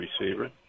receiver